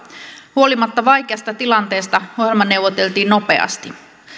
huolimatta vaikeasta tilanteesta ohjelma neuvoteltiin nopeasti